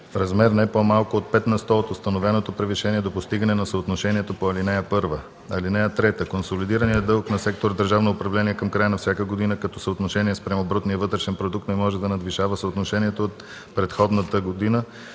размер, не по-малко от 5 на сто от установеното превишение, до постигане на съотношението по ал. 1. (3) Консолидираният дълг на сектор „Държавно управление” към края на всяка година като съотношение спрямо брутния вътрешен продукт не може да надвишава съотношението от предходната година,